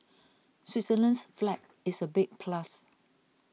Switzerland's flag is a big plus